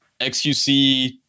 XQC